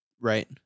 right